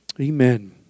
Amen